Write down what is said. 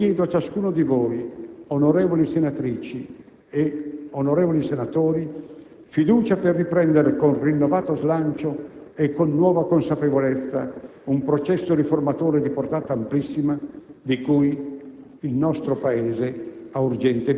In una parola, io chiedo a ciascuno di voi, onorevoli senatrici e onorevoli senatori, fiducia per riprendere con rinnovato slancio e con nuova consapevolezza un processo riformatore di portata amplissima di cui